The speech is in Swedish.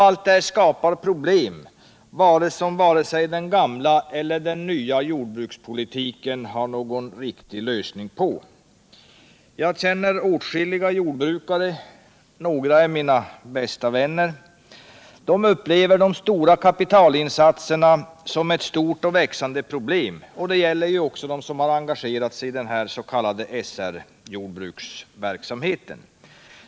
Allt detta skapar problem som varken den gamla eller den s.k. nya jordbrukspolitiken har någon riktig lösning på. Jag känner åtskilliga jordbrukare — några är mina bästa vänner — som upplever de stora kapitalinsatserna som ett stort och växande problem. Det gäller också dem som engagerat sig i SR-jordbruksverksamheten.